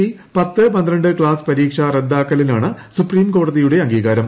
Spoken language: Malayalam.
ഇ പത്ത് പന്ത്രണ്ട് ക്ലാസ് പരീക്ഷ റദ്ദാക്കലിനാണ് സുപ്രീംകോടതിയുടെ അംഗീകാരം